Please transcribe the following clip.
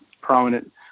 prominent